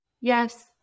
Yes